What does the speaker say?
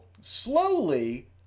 slowly